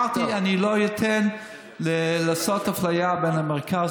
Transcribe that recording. אמרתי: אני לא אתן לעשות אפליה בין המרכז